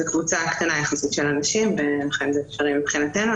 זו קבוצה קטנה יחסית של אנשים ולכן זה אפשרי מבחינתנו,